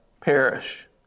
perish